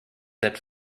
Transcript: that